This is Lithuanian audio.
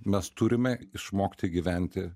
mes turime išmokti gyventi